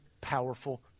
powerful